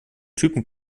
typen